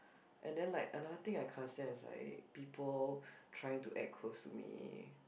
and the like another thing I can't stand is like people trying to act close to me